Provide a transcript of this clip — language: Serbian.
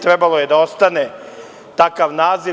Trebalo je da ostane takav naziv.